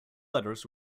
letters